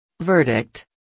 Verdict